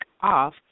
off